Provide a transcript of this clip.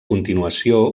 continuació